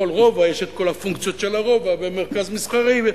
ובכל רובע יש את כל הפונקציות של הרובע ומרכז מסחרי.